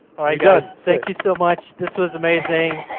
all right, guys. thank you so much. this was amazing.